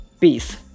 Peace